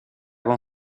con